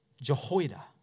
Jehoiada